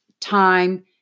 time